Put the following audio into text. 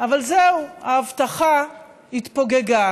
אבל זהו, ההבטחה התפוגגה